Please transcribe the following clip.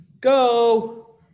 Go